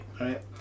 right